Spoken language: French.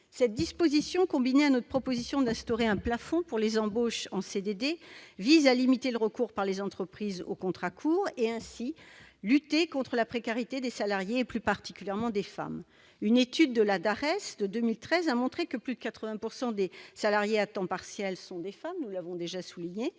Cette disposition, combinée à notre proposition d'instaurer un plafond pour les embauches en CDD, vise à limiter le recours aux contrats courts par les entreprises et, ainsi, à lutter contre la précarité des salariés et, plus particulièrement, celle des femmes. Une étude de la DARES de 2013 a montré que plus de 80 % des salariés à temps partiel sont des femmes. Le travail à temps